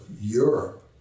Europe